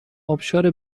آبشار